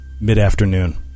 mid-afternoon